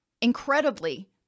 incredibly